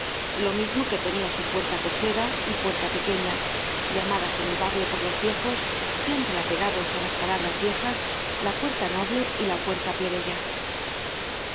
lo mismo que tenia su puerta-cochera y puerta pequeña llamadas en el barrio por los viejos siempre apegados á las palabras viejas la puerta noble y la puerta plebeya